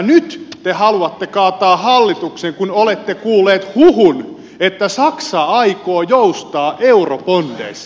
nyt te haluatte kaataa hallituksen kun olette kuulleet huhun että saksa aikoo joustaa eurobondeissa